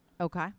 Okay